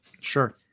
sure